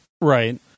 Right